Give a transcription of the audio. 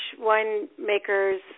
winemaker's